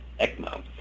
ECMO